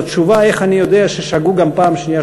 לתשובה על השאלה איך אני יודע ששגו גם פעם שנייה,